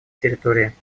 территории